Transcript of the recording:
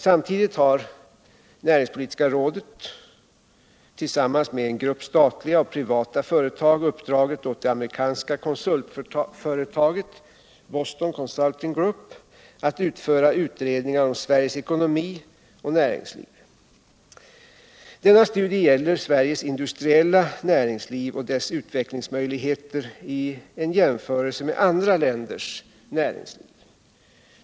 Samtidigt har näringspolitiska rådet tillsammans med en grupp statliga och privata företag uppdragit åt det amerikanska konsultföretaget Boston Consulting Group att utföra utredningar om Sveriges ekonomi och näringsliv. Denna studie gäller Sveriges industriella näringsliv och dess utvecklingsmöjligheter i jämförelse med andra länders näringsliv.